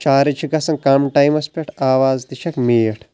charge چھ گژھان کم ٹایمس پٮ۪ٹھ آواز تہِ چھکھ میٖٹھ